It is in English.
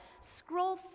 scroll